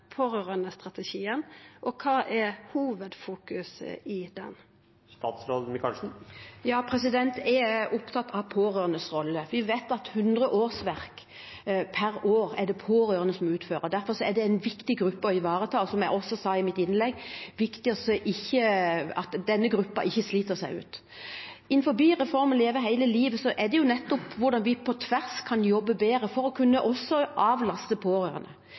og kva er hovudfokuset i den? Jeg er opptatt av de pårørendes rolle. Vi vet at pårørende utfører 100 årsverk per år. Derfor er det en viktig gruppe å ivareta, og som jeg også sa i mitt innlegg, er det viktig at denne gruppen ikke sliter seg ut. Reformen «Leve hele livet» handler nettopp om hvordan vi på tvers kan jobbe bedre for å avlaste pårørende.